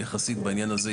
יחסית בעניין הזה,